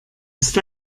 ist